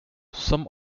some